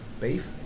beef